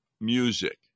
music